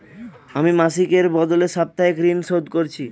আমি মাসিকের বদলে সাপ্তাহিক ঋন শোধ করছি